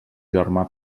germà